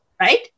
right